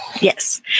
Yes